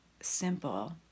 simple